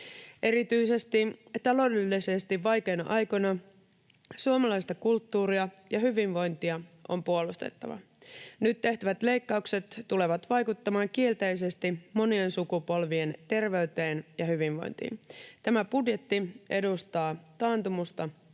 Erityisesti taloudellisesti vaikeina aikoina suomalaista kulttuuria ja hyvinvointia on puolustettava. Nyt tehtävät leikkaukset tulevat vaikuttamaan kielteisesti monien sukupolvien terveyteen ja hyvinvointiin. Tämä budjetti edustaa taantumusta